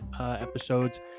episodes